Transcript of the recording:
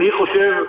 אני חושב,